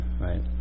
right